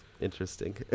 interesting